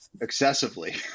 excessively